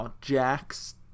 Jax